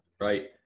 right